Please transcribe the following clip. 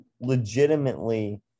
legitimately